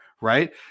right